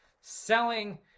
selling